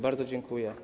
Bardzo dziękuję.